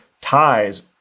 ties